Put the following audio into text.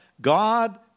God